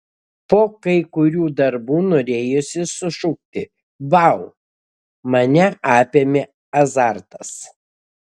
po kai kurių darbų norėjosi sušukti vau mane apėmė azartas